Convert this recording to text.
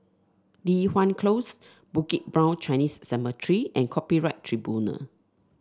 Li Hwan Close Bukit Brown Chinese Cemetery and Copyright Tribunal